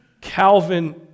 Calvin